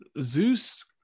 zeus